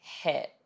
hit